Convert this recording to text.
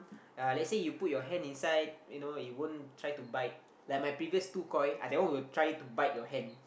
uh let's say you put your hand inside you know it won't try to bite like my previous two koi ah that one will try to bite your hand